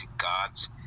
God's